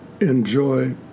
enjoy